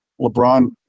LeBron